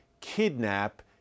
kidnap